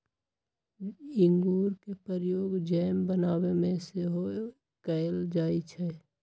इंगूर के प्रयोग जैम बनाबे में सेहो कएल जाइ छइ